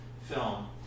film